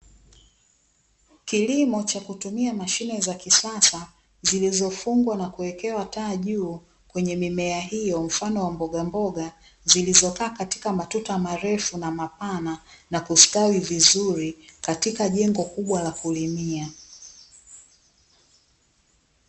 Kilimo cha kutumia mashine za kisasa zilizofungwa na kuwekewa taa juu kwenye mimea hiyo, mfano wa mbogamboga zilizokaa katika matuta marefu na mapana, na kustawi vizuri katika jengo kubwa la kulimia.